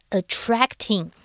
attracting